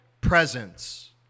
presence